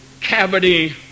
cavity